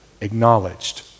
acknowledged